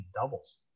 doubles